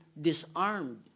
disarmed